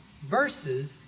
verses